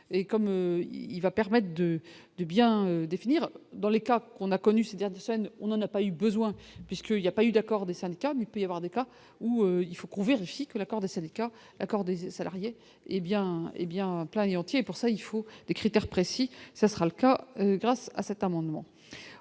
et comme il va, permettent de de bien définir dans les cas qu'on a connu, c'est-à-dire on n'a pas eu besoin puisque il y a pas eu d'accord des syndicats, mais il peut y avoir des cas ou il faut qu'on vérifie que l'accord des syndicats accorder ses salariés hé bien hé bien plein et entier pour ça il faut des critères précis, ça sera le cas grâce à cet amendement,